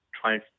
trying